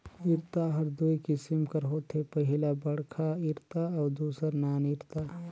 इरता हर दूई किसिम कर होथे पहिला बड़खा इरता अउ दूसर नान इरता